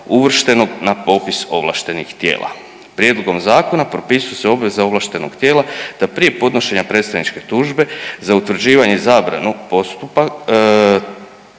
uvrštenog na popis ovlaštenih tijela. Prijedlogom zakona propisuje se obveza ovlaštenog tijela da prije podnošenja predstavničke tužbe za utvrđivanje i zabranu postupanja